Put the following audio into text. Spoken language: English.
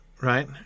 right